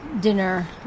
dinner